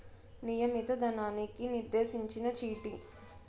నియమిత ధనానికి నిర్దేశించిన చీటీ